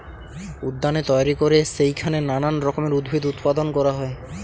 উদ্যানে তৈরি করে সেইখানে নানান রকমের উদ্ভিদ উৎপাদন করা হয়